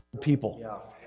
people